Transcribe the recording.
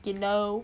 you know